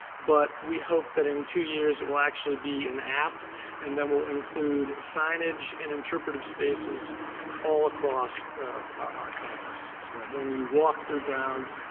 but we hope that in two years it will actually be an app and then we'll include signage and interpretative spaces all across our campus so that when you walk through grounds,